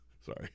Sorry